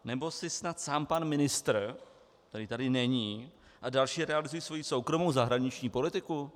Nebo si snad sám pan ministr, který tady není, a další realizují svoji soukromou zahraniční politiku?